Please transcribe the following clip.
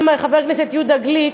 גם חבר הכנסת יהודה גליק,